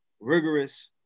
rigorous